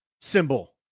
symbol